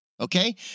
Okay